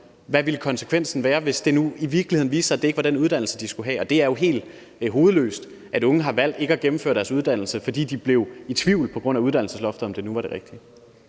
hvad konsekvensen ville være, hvis det nu i virkeligheden viste sig, at det ikke var den uddannelse, de skulle have. Det er jo helt hovedløst, at unge har valgt ikke at gennemføre deres uddannelse, fordi de på grund af uddannelsesloftet blev i tvivl om, om det nu var det rigtige.